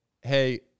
Hey